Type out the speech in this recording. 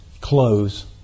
close